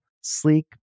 sleek